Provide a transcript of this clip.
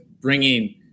bringing –